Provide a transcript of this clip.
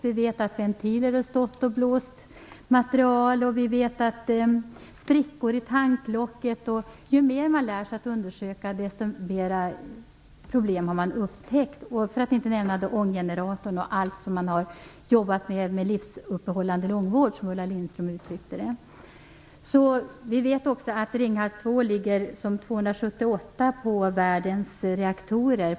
Vi vet att ventiler har stått öppna och att det har blåst omkring material, och det har funnits sprickor i tanklock. Ju mer man har lärt sig att undersöka, desto mera problem har man upptäckt. Dessutom kan nämnas ånggeneratorn och allt annat, där man har jobbat med "livsuppehållande långvård", som Ulla Lindström uttryckte det. Vi vet också att Ringhals är nr 278 bland världens alla reaktorer.